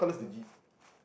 no